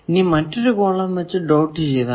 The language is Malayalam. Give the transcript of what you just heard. ഇനി മറ്റൊരു കോളം വച്ച് ഡോട്ട് ചെയ്താൽ